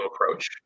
approach